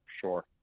Sure